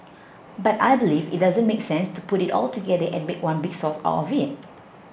but I believe it doesn't make sense to put it all together and make one big sauce out of it